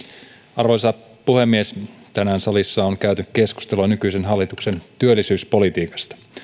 arvoisa puhemies tänään salissa on käyty keskustelua nykyisen hallituksen työllisyyspolitiikasta